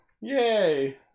Yay